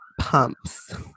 pumps